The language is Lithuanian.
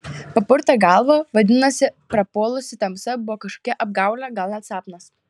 papurtė galvą vadinasi prapuolusi tamsa buvo kažkokia apgaulė gal net sapnas